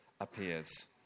appears